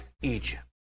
Egypt